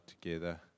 together